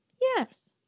Yes